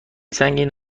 سنگین